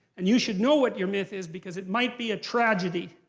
and you should know what your myth is because it might be a tragedy.